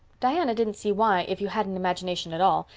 diana didn't see why, if you had an imagination at all,